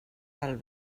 del